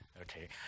okay